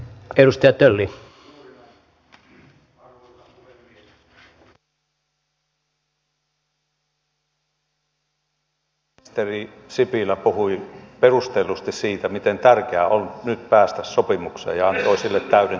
äsken pääministeri sipilä puhui perustellusti siitä miten tärkeää on nyt päästä sopimukseen ja antoi sille täyden tukensa